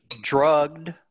drugged